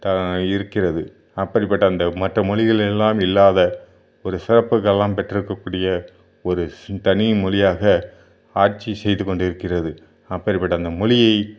த இருக்கிறது அப்படிப்பட்ட அந்த மற்ற மொழிகள் எல்லாம் இல்லாத ஒரு சிறப்புகள்லாம் பெற்று இருக்க கூடிய ஒரு தனி மொழியாக ஆட்சி செய்துக்கொண்டு இருக்கிறது அப்படிப்பட்ட அந்த மொழியை